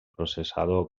processador